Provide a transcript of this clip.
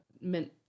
mint